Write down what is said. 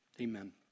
Amen